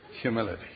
humility